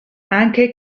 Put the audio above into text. anche